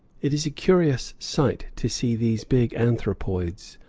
it is a curious sight to see these big anthropoids,